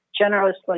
generously